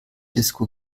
disco